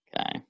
Okay